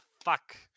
fuck